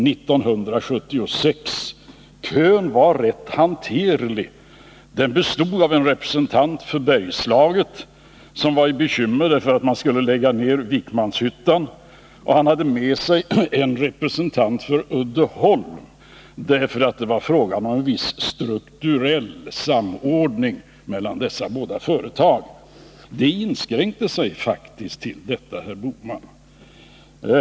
Men kön var rätt hanterlig. Den bestod av en representant för Bergslagen. Representanten var bekymrad, eftersom Vikmanshyttan skulle läggas ned. Han hade med sig en representant för Uddeholm. eftersom det var fråga om viss strukturell samordning mellan dessa båda företag. Kön inskränkte sig faktiskt till dessa personer, herr Bohman.